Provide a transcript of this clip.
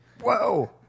Whoa